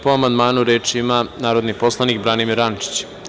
Po amandmanu, reč narodni poslanik Branimir Rančić.